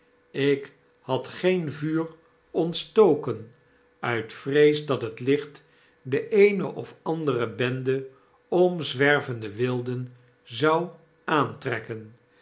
ik had geen vuur ontstoken uit vrees dat het licht de eene of andere bende omzwervende wilden zou aantrekken